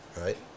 Right